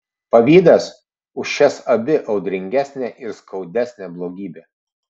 pavydas už šias abi audringesnė ir skaudesnė blogybė